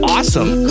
Awesome